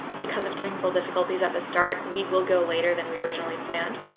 because of technical difficulties at the start, we will go later than we originally planned.